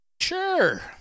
Sure